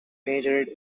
majored